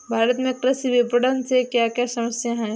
भारत में कृषि विपणन से क्या क्या समस्या हैं?